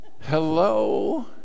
Hello